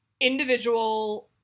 individual